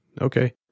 Okay